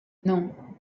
non